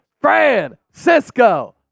Francisco